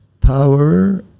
power